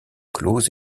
clauses